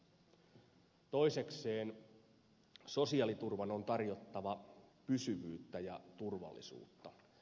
toisekseen sosiaaliturvan on tarjottava pysyvyyttä ja turvallisuutta